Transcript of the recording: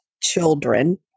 children